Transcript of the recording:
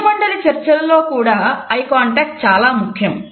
సభ్యమండలి చర్చలలో కూడా ఐకాంటాక్ట్ చాలా ముఖ్యం